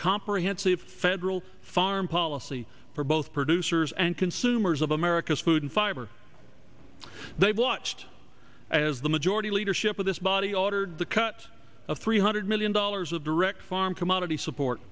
comprehensive federal farm policy for both producers and consumers of america's food and fiber they watched as the majority leadership of this body ordered the cuts of three hundred million dollars of direct farm commodity support